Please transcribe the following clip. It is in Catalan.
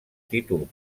títol